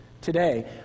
today